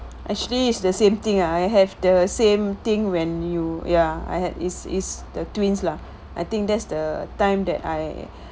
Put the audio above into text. actually it's the same thing ah I have the same thing when you ya I had is is the twins lah I think that's the time that I